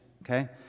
Okay